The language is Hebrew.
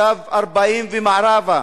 קו 40 ומערבה.